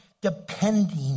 depending